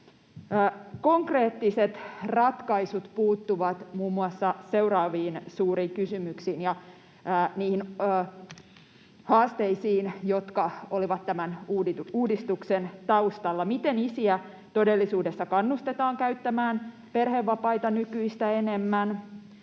Konkreettiset ratkaisut puuttuvat muun muassa seuraaviin suuriin kysymyksiin ja niihin haasteisiin, jotka olivat tämän uudistuksen taustalla: Miten isiä todellisuudessa kannustetaan käyttämään perhevapaita nykyistä enemmän?